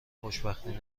خوشبختی